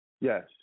yes